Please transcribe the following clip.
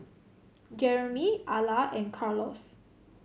Jeremy Alla and Carlos